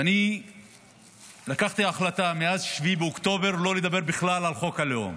ואני לקחתי ההחלטה מאז 7 באוקטובר לא לדבר בכלל על חוק הלאום